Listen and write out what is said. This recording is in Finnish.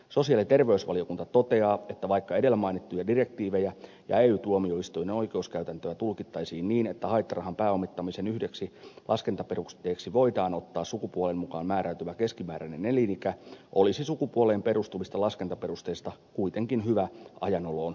sosiaali ja terveysvaliokunta toteaa että vaikka edellä mainittuja direktiivejä ja ey tuomioistuin ja oikeuskäytäntöä tulkittaisiin niin että haittarahan pääomittamisen yhdeksi laskentaperusteeksi voidaan ottaa sukupuolen mukaan määräytyvä keskimääräinen elinikä olisi sukupuoleen perustuvista laskentaperusteista kuitenkin hyvä ajan oloon luopua